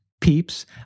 peeps